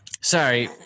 Sorry